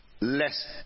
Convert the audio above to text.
less